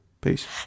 peace